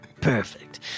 Perfect